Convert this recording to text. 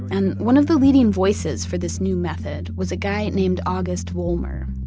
and one of the leading voices for this new method was a guy named august vollmer.